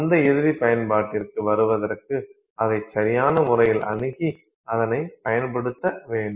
அந்த இறுதிப் பயன்பாட்டிற்கு வருவதற்கு அதை சரியான முறையில் அணுகி அதனை பயன்படுத்த வேண்டும்